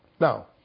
Now